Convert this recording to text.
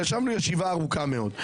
אבל הייתה ישיבה אחת ארוכה מאוד.